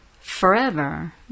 forever